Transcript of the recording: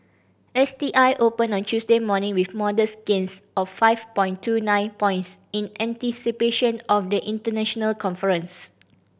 S T I opened on Tuesday morning with modest gains of five point two nine points in anticipation of the international conference